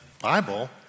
Bible